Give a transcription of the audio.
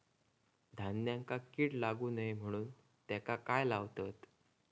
धान्यांका कीड लागू नये म्हणून त्याका काय लावतत?